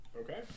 Okay